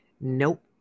Nope